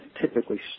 typically